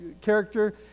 character